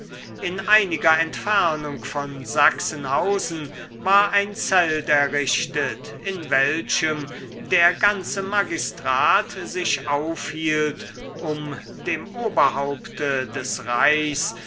in einiger entfernung von sachsenhausen war ein zelt errichtet in welchem der ganze magistrat sich aufhielt um dem oberhaupte des reichs